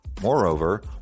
Moreover